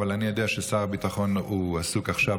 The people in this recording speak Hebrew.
אבל אני יודע ששר הביטחון עסוק עכשיו